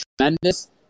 tremendous